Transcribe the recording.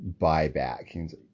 buyback